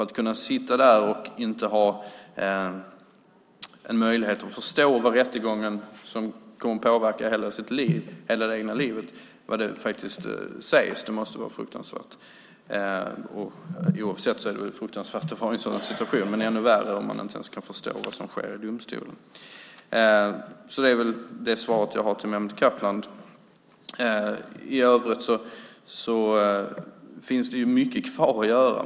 Att sitta där och inte ha möjlighet att förstå vad som sägs under rättegången, som ju kan påverka ens hela liv, måste vara fruktansvärt. Det är väl alltid fruktansvärt att vara i en sådan situation, men det är ännu värre om man inte ens kan förstå vad som sker i domstolen. Det är väl det svar jag har till Mehmet Kaplan. I övrigt finns det mycket kvar att göra.